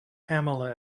pamela